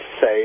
say